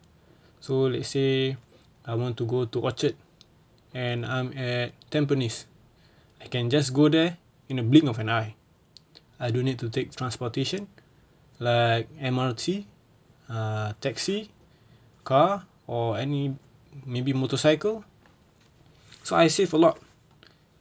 so let's say I want to go to orchard and I'm at tampines I can just go there in a blink of an eye I don't need to take transportation like M_R_T err taxi car or any maybe motorcycle so I save a lot